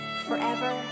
forever